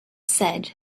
said